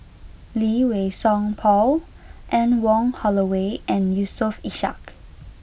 Lee Wei Song Paul Anne Wong Holloway and Yusof Ishak